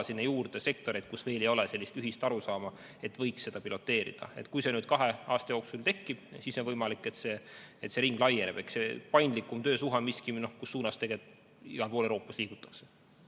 sinna juurde sektoreid, mille puhul meil ei ole sellist ühist arusaama, et võiks seda piloteerida. Kui see kahe aasta jooksul tekib, siis on võimalik, et see ring laieneb. Paindlikum töösuhe on miski, mille suunas igal pool Euroopas liigutakse.